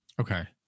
Okay